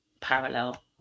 parallel